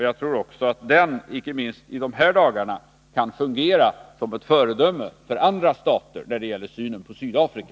Jag tror också att den inte minst i dessa dagar kan fungera såsom ett föredöme för andra stater när det gäller synen på Sydafrika.